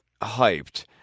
hyped